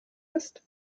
ist